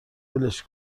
ولش